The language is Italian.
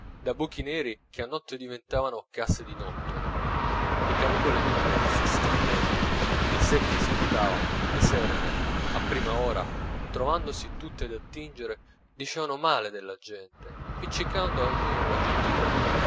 da buchi neri che a notte diventavano case di nottole le carrucole nei pozzi stridevano le secchie si urtavano le serve a prima ora trovandosi tutte ad attingere dicevano male della gente appiccicando a ognuno un aggettivo